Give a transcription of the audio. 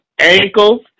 ankles